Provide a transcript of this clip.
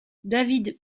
david